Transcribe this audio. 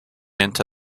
into